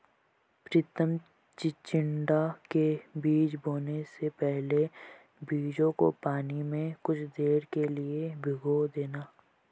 प्रितम चिचिण्डा के बीज बोने से पहले बीजों को पानी में कुछ देर के लिए भिगो देना